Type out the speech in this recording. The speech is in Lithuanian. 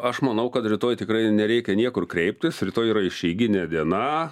aš manau kad rytoj tikrai nereikia niekur kreiptis rytoj yra išeiginė diena